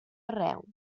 arreu